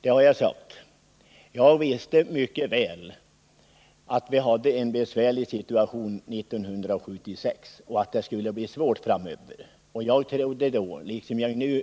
Det har jag också sagt. Jag visste mycket väl att vi hade en besvärlig situation 1976 och att det skulle bli svårt framöver. Jag trodde då — liksom jag nu